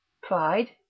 Pride